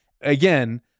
again